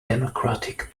democratic